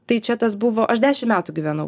tai čia tas buvo aš dešim metų gyvenau